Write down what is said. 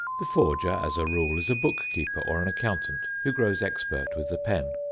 the forger, as a rule, is a bookkeeper or an accountant who grows expert with the pen.